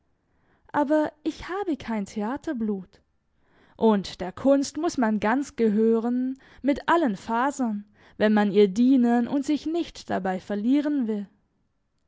aber ich habe kein theaterblut und der kunst muss man ganz gehören mit allen fasern wenn man ihr dienen und sich nicht dabei verlieren will